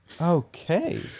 okay